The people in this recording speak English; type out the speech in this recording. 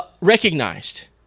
recognized